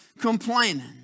complaining